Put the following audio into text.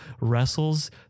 wrestles